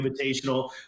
invitational